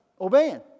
obeying